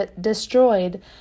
destroyed